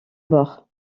bord